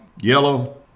yellow